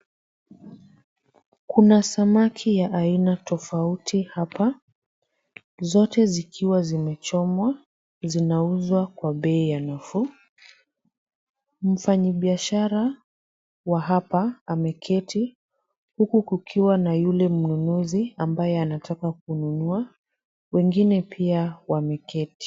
Kuna samaki wa aina tofauti hapa wote wakiwa wamechomwa wanauzwa kwa bei nafuu, mfanyabiashara wa hapa ameketi huku kukiwa na yule mnunuzi ambaye anataka kununua, wengine pia wameketi.